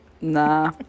Nah